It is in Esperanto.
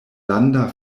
landa